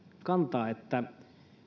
kantaa että